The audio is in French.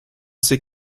ces